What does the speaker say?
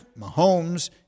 Mahomes